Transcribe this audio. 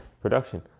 production